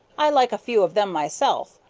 i like a few of them myself,